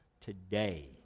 today